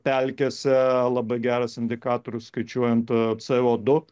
pelkėse labai geras indikatorius skaičiuojant co du